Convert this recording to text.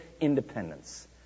independence